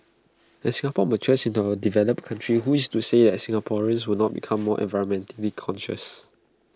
as Singapore matures into A developed country who is to say that Singaporeans will not become more environmentally conscious